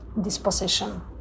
disposition